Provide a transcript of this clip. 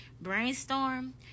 Brainstorm